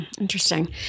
Interesting